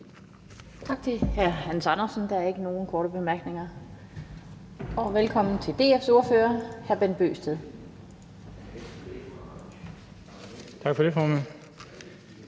Tak til hr. Hans Andersen. Der er ikke nogen korte bemærkninger. Og velkommen til DF's ordfører, hr. Bent Bøgsted. Kl. 16:43 (Ordfører)